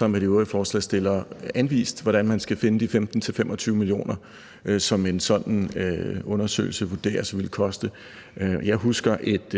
med de øvrige forslagsstillere anvist, hvordan man skal finde de 15-25 mio. kr., som en sådan undersøgelse vurderes at ville koste. Jeg husker, at